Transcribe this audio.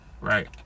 right